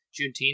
Juneteenth